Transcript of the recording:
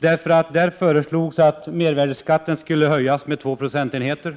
Det föreslogs att mervärdeskatten skulle höjas med 2 procentenheter,